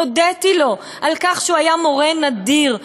הודיתי לו על זה שהוא היה מורה נדיר,